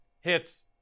hits